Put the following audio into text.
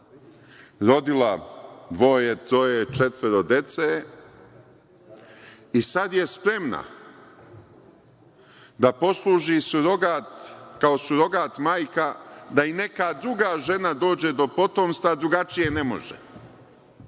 rodila dvoje, troje, četvoro dece, i sad je spremna da posluži kao surogat majka da i neka druga žena dođe do potomstva jer drugačije ne može,